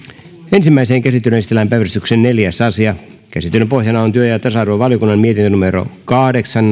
ensimmäiseen käsittelyyn esitellään päiväjärjestyksen neljäs asia käsittelyn pohjana on on työelämä ja tasa arvovaliokunnan mietintö kahdeksan